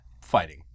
fighting